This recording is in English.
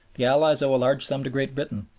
the allies owe a large sum to great britain,